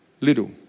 little